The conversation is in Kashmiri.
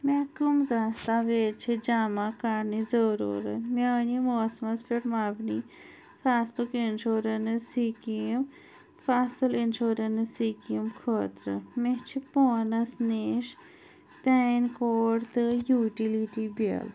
مےٚ کَم دستاویز چھِ جمع کَرنٕچ ضٔروٗرَت میٛانہِ موسمَس پیٹھ مبنی فصلُک اِنشورٮ۪نٕس سکیٖم فصل اِنشورٮ۪نٕس سکیٖم خٲطرٕ مےٚ چھِ پانِس نِش پین کارڈ تہٕ یوٗٹِلِٹی بِل